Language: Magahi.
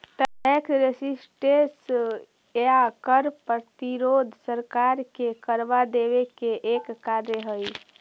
टैक्स रेसिस्टेंस या कर प्रतिरोध सरकार के करवा देवे के एक कार्य हई